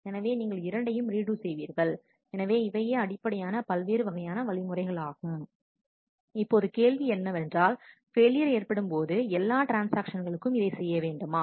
எனவே நீங்கள் இரண்டையும் ரீடு செய்வீர்கள் எனவே இவையே அடிப்படையான பல்வேறு வகையான வழிமுறைகளாகும் இப்போது கேள்வி என்னவென்றால் ஃபெயிலியர் ஏற்படும் போது எல்லா ட்ரான்ஸ்ஆக்ஷன்களுக்கும் இதைச் செய்ய வேண்டுமா